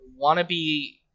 wannabe